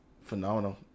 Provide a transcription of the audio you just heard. phenomenal